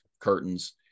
curtains